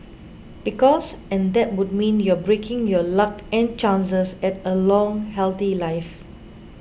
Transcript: because and that would mean you're breaking your luck and chances at a long healthy life